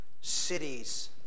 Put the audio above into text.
cities